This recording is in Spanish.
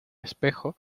espejo